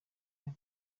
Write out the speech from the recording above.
indi